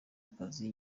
rw’akazi